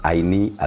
Aini